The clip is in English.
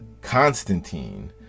Constantine